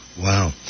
Wow